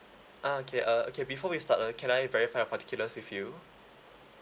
ah okay uh okay before we start uh can I verify your particulars with you